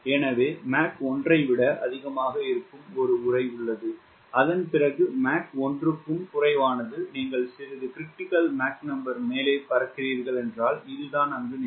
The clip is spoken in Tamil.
எனவே மாக் 1 ஐ விட அதிகமாக இருக்கும் ஒரு உறை உள்ளது அதன் பிறகு மாக் 1 க்கும் குறைவானது நீங்கள் சிறிது Mcritical மேலே பறக்கிறீர்கள் என்றால் இதுதான் அங்கு நிலை